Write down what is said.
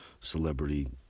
celebrity